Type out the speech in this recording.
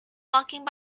walking